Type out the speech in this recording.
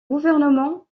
gouvernement